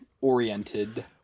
Oriented